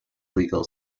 legal